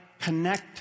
connect